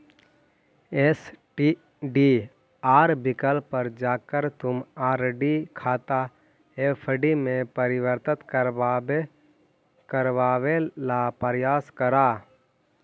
STDR विकल्प पर जाकर तुम आर.डी खाता एफ.डी में परिवर्तित करवावे ला प्रायस करा